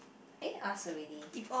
eh ask already